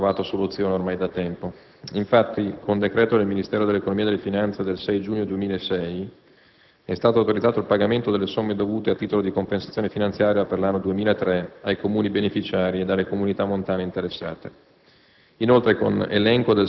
stata presentata il 27 giugno 2006. Infatti, con decreto del Ministero dell'economia e delle finanze del 6 giugno 2006 è stato autorizzato il pagamento delle somme dovute a titolo di compensazione finanziaria per l'anno 2003 ai Comuni beneficiari e alle Comunità montane interessate.